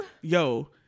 Yo